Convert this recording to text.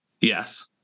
yes